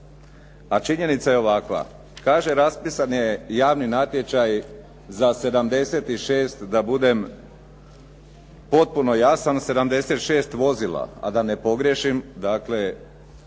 a činjenica je ovakva. Kaže raspisan je javni natječaj za 76 da budem potpuno jasan 76 vozila, a da ne pogriješim, dakle